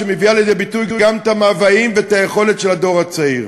שמביאה לידי ביטוי גם את המאוויים ואת היכולת של הדור הצעיר.